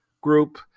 Group